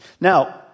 Now